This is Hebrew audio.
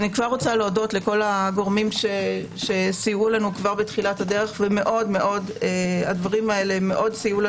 אני כבר מודה לכל הגורמים שסייעו לנו כבר בתחילת הדרך והדברים סייעו לנו